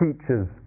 teachers